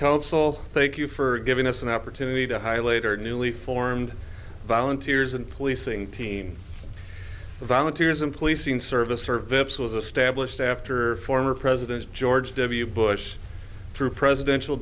council thank you for giving us an opportunity to highlight are newly formed volunteers and policing team volunteers and policing service service was a stablished after former president george w bush through presidential